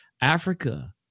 Africa